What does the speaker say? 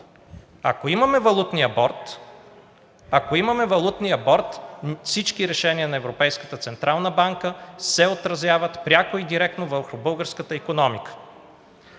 Ако имаме Валутния борд, всички решения на Европейската централна банка се отразяват пряко и директно върху българската икономика.